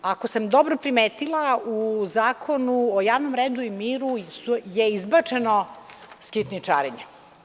Ako sam dobro primetila u Zakonu o javnom redu i miru je izbačeno skitničarenje.